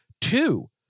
two